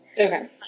Okay